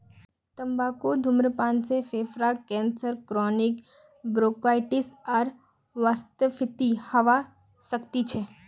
तंबाकू धूम्रपान से फेफड़ार कैंसर क्रोनिक ब्रोंकाइटिस आर वातस्फीति हवा सकती छे